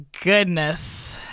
goodness